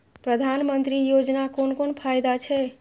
प्रधानमंत्री योजना कोन कोन फायदा छै?